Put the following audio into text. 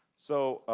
so